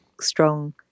strong